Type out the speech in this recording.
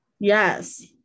Yes